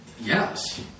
Yes